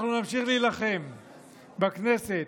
אנחנו נמשיך להילחם בכנסת,